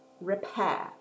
repair